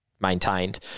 maintained